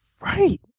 Right